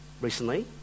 recently